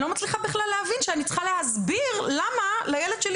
אני לא מצליחה בכלל להבין שאני צריכה להסביר למה לילד שלי